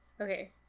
okay